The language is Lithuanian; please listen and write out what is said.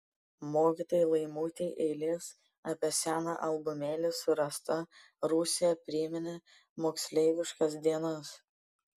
mokytojai laimutei eilės apie seną albumėlį surastą rūsyje priminė moksleiviškas dienas